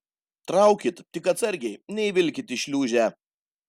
traukit tik atsargiai neįvilkit į šliūžę